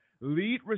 Lead